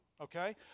okay